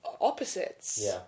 opposites